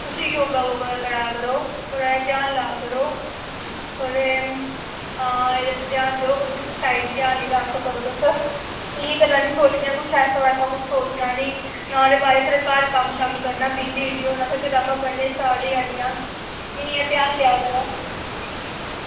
तुसी योग वोगा करा करो थोह्ड़ा ध्यान ला करो थोह्ड़े हां एह्दे उप्पर ध्यान देओ उत्थें साइड ध्यान निं रक्खा करो तुस एह् जेहियां गल्लां निं सोचनियां कुछ ऐसा वैसा कुछ सोचना निं ना ओह्दे बारे च घर कम्म शम्म करना बिज़ी होना ते कताबां पढ़नियां स्टार्ट होई जानियां इयां इयां ध्यान देआ करो